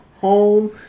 home